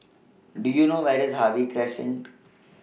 Do YOU know Where IS Harvey Crescent